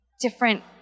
different